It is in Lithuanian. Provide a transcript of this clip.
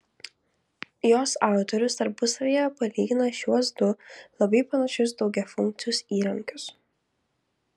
jos autorius tarpusavyje palygina šiuos du labai panašius daugiafunkcius įrankius